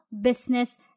business